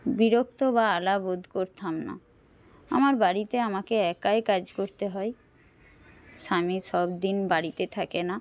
বিরক্ত বা আলা বোধ করতাম না আমার বাড়িতে আমাকে একাই কাজ করতে হয় স্বামী সবদিন বাড়িতে থাকে না